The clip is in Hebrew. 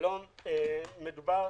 מדובר,